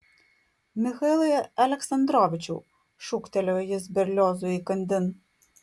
michailai aleksandrovičiau šūktelėjo jis berliozui įkandin